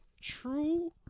true